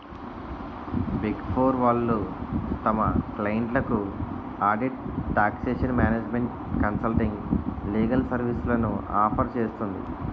big four వాళ్ళు తమ క్లయింట్లకు audit, taxation, management consulting, legal సర్వీస్లను ఆఫర్ చేస్తుంది